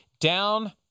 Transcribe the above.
Down